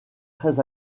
très